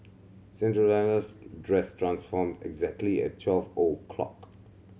Cinderella's dress transformed exactly at twelve O clock